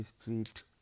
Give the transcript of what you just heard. Street